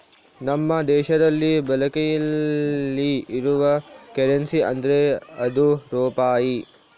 ನಮ್ಮ ದೇಶದಲ್ಲಿ ಬಳಕೆಯಲ್ಲಿ ಇರುವ ಕರೆನ್ಸಿ ಅಂದ್ರೆ ಅದು ರೂಪಾಯಿ